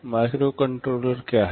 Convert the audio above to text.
microcontroller क्या है